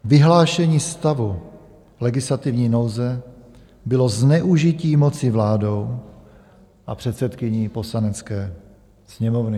Vyhlášení stavu legislativní nouze bylo zneužití moci vládou a předsedkyní Poslanecké sněmovny.